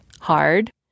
hard